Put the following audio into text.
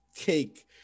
cake